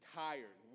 tired